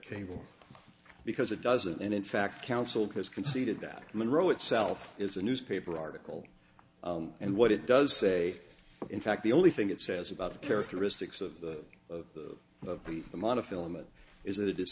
cable because it doesn't and in fact counsel has conceded that monroe itself is a newspaper article and what it does say in fact the only thing it says about the characteristics of the of the of the monofilament is that it i